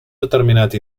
determinat